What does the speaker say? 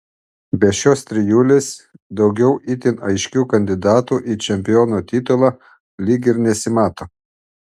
be šios trijulės daugiau itin aiškių kandidatų į čempiono titulą lyg ir nesimato